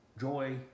Joy